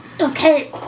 Okay